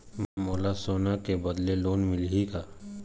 मोला सोना के बदले लोन कहां मिलही?